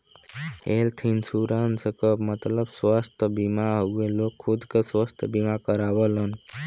health insurance क मतलब स्वस्थ बीमा हउवे लोग खुद क स्वस्थ बीमा करावलन